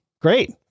Great